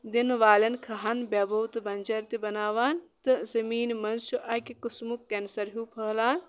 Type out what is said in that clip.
دِنہٕ والٮ۪ن کھہن بےبوٗت تہٕ بنجر تہِ بَناوان تہٕ زمیٖن منٛز چھُ اَکہِ قٔسمُک کینسر ہُیوٗ پھہلان